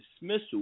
dismissal